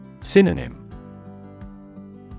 Synonym